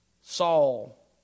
Saul